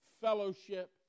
fellowship